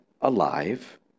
alive